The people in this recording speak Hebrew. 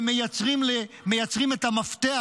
ומייצרים את המפתח,